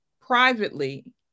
privately